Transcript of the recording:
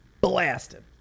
blasted